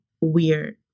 weird